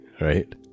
right